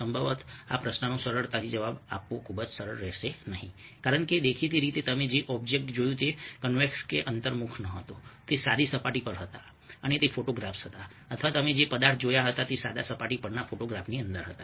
સંભવતઃ આ પ્રશ્નનો સરળતાથી જવાબ આપવો ખૂબ સરળ રહેશે નહીં કારણ કે દેખીતી રીતે તમે જે ઑબ્જેક્ટ જોયું તે કન્વેક્સ કે અંતર્મુખ નહોતું તે સાદી સપાટી પર હતા અને તે ફોટોગ્રાફ્સ હતા અથવા તમે જે પદાર્થ જોયા હતા તે સાદા સપાટી પરના ફોટોગ્રાફની અંદર હતા